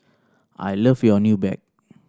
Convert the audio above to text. I love your new bag